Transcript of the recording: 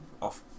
off